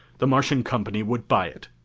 the martian company would buy it,